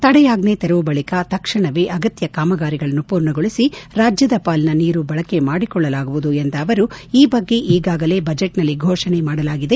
ತಡೆಯಾಜ್ಜೆ ತೆರವು ಬಳಿಕ ತಕ್ಷಣವೇ ಅಗತ್ಯ ಕಾಮಗಾರಿಗಳನ್ನು ಪೂರ್ಣಗೊಳಿಸಿ ರಾಜ್ಯದ ಪಾಲಿನ ನೀರು ಬಳಕೆ ಮಾಡಿಕೊಳ್ಳಲಾಗುವುದು ಎಂದ ಅವರು ಈ ಬಗ್ಗೆ ಈಗಾಗಲೇ ಬಜೆಟ್ ನಲ್ಲಿ ಘೋಷಣೆ ಮಾಡಲಾಗಿದೆ